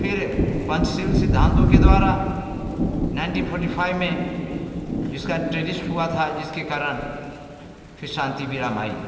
फिर पंचशील सिद्धांतों के द्वारा नाइनटी फौर्टी फाइव में जिसका का ट्रेजिस्ट हुआ था जिसके कारण